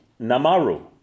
namaru